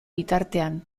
bitartean